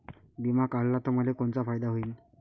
बिमा काढला त मले कोनचा फायदा होईन?